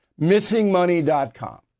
Missingmoney.com